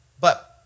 But-